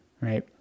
right